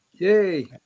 Yay